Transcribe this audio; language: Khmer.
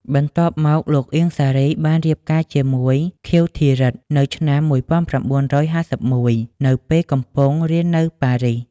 បន្ទាប់មក លោក អៀង សារី បានរៀបការជាមួយ ខៀវ ធីរិទ្ធិ នៅឆ្នាំ១៩៥១ នៅពេលកំពុងរៀននៅប៉ារីស។